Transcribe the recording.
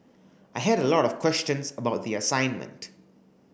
I had a lot of questions about the assignment